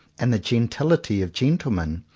and the gentility of gentlemen,